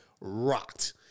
rocked